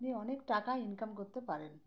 আপনি অনেক টাকা ইনকাম করতে পারেন